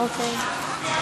אוקיי.